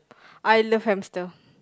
I love hamster